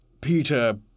Peter